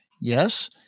Yes